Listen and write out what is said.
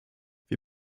wir